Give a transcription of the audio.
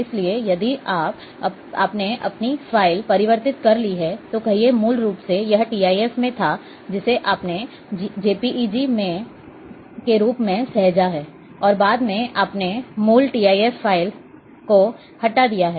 इसलिए यदि आपने अपनी फ़ाइल परिवर्तित कर ली है तो कहिए मूल रूप से यह TIF में था जिसे आपने JPEG के रूप में सहेजा है और बाद में आपने मूल TIF फ़ाइल को हटा दिया है